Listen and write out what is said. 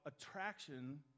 attraction